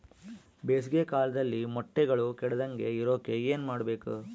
ಬೇಸಿಗೆ ಕಾಲದಲ್ಲಿ ಮೊಟ್ಟೆಗಳು ಕೆಡದಂಗೆ ಇರೋಕೆ ಏನು ಮಾಡಬೇಕು?